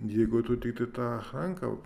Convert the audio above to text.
jeigu tu tiktai tą ranką